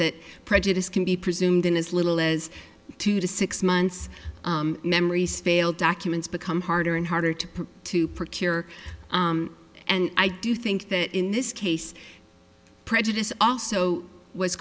that prejudice can be presumed in as little as two to six months memories fail documents become harder and harder to prove to procure and i do think that in this case prejudice also was